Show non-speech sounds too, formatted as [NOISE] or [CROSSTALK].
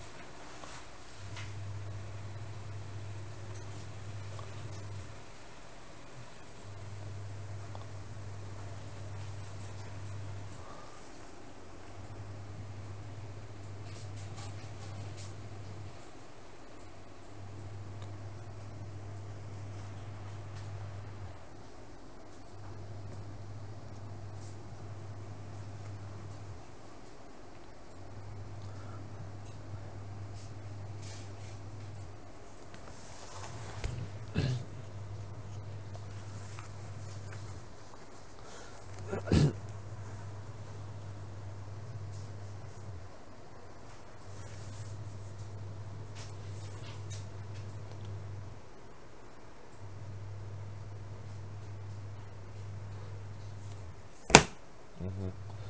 [COUGHS] [COUGHS] [NOISE] mmhmm